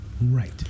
Right